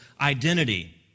identity